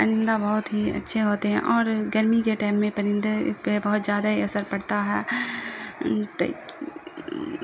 پرندہ بہت ہی اچھے ہوتے ہیں اور گرمی کے ٹائم میں پرندے پہ بہت زیادہ ہی اثر پڑتا ہے